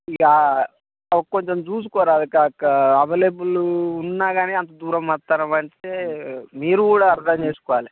కొంచెం చూసుకోరాదు కాకా అవైలబుల్ ఉన్నాగానీ అంత దూరం వస్తున్నామంటే మీరు కూడా అర్థం చేసుకోవాలి